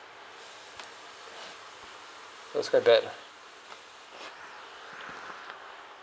it was quite bad lah